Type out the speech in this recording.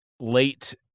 Late